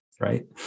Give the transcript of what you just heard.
right